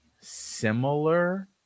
similar